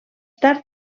tard